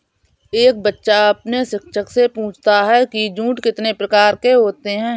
एक बच्चा अपने शिक्षक से पूछता है कि जूट कितने प्रकार के होते हैं?